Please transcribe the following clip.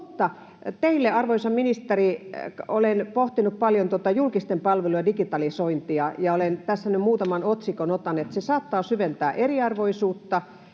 Mutta teille, arvoisa ministeri: Olen pohtinut paljon tuota julkisten palvelujen digitalisointia, ja tässä nyt muutaman otsikon otan. Se saattaa syventää eriarvoisuutta,